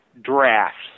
Drafts